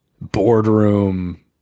boardroom